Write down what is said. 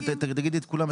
תאמרי מה כל הרכיבים.